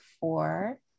four